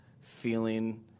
feeling